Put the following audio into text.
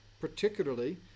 particularly